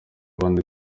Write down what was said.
abandi